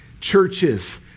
Churches